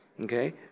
Okay